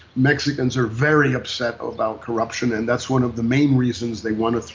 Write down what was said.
mexicans are very upset about corruption and that's one of the main reasons they want to,